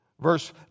Verse